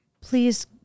please